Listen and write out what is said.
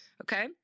okay